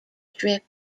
trip